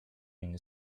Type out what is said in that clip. inny